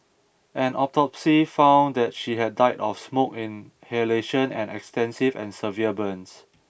an autopsy found that she had died of smoke inhalation and extensive and severe burns